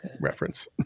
reference